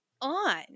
on